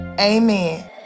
Amen